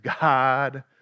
God